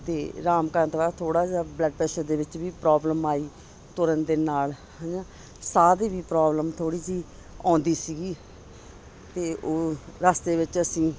ਅਤੇ ਅਰਾਮ ਕਰਨ ਤੋਂ ਬਾਅਦ ਥੋੜ੍ਹਾ ਜਿਹਾ ਬਲੱਡ ਪ੍ਰੈਸ਼ਰ ਦੇ ਵਿੱਚ ਵੀ ਪ੍ਰੋਬਲਮ ਆਈ ਤੁਰਨ ਦੇ ਨਾਲ ਹੈ ਨਾ ਸਾਹ ਦੀ ਵੀ ਪ੍ਰੋਬਲਮ ਥੋੜ੍ਹੀ ਜਿਹੀ ਆਉਂਦੀ ਸੀਗੀ ਅਤੇ ਉਹ ਰਸਤੇ ਵਿੱਚ ਅਸੀਂ